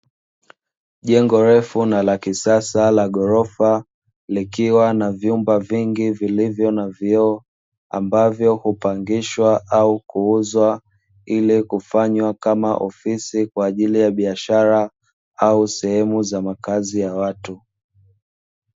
Jengo refu na la kisasa la ghorofa, likiwa na vyumba vingi vilivyo na vioo, ambavyo hupangishwa au kuuzwa, ili kufanywa kama ofisi kwa ajili ya biashara au sehemu ya makazi ya watu.